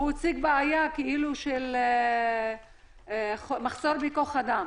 הוא הציג בעיה של מחסור בכוח אדם.